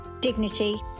dignity